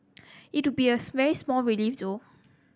it would be a very small relief though